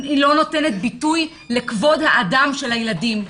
היא לא נותנת ביטוי לכבוד האדם של הילדים.